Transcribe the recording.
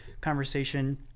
conversation